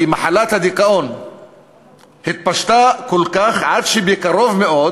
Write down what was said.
מחלת הדיכאון התפשטה כל כך עד שבקרוב מאוד